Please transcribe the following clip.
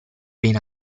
been